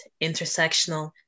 intersectional